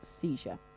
seizure